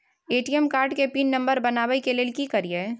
ATM card के pin number बनाबै के लेल की करिए?